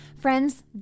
Friends